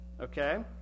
okay